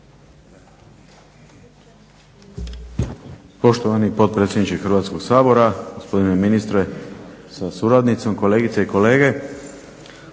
Poštovani potpredsjedniče Hrvatskog sabora, gospodine ministre sa suradnicom, kolegice i kolege.